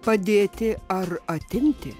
padėti ar atimti